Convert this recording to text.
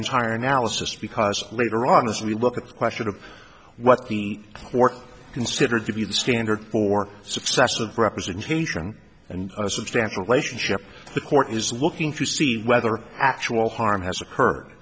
entire analysis because later on as we look at the question of what the court considered to be the standard for success of representation and a substantial relationship the court is looking to see whether actual harm has occurred